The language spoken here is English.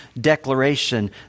declaration